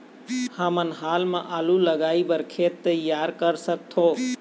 हमन हाल मा आलू लगाइ बर खेत तियार कर सकथों?